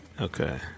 Okay